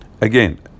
Again